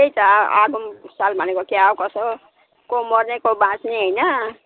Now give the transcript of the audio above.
त्यही त आ आघौँ साल भनेको क्या हो कसो हो को मर्ने को बाँच्ने होइन